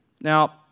Now